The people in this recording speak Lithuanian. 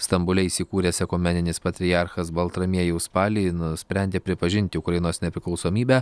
stambule įsikūręs ekumeninis patriarchas baltramiejus spalį nusprendė pripažinti ukrainos nepriklausomybę